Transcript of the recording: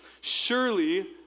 surely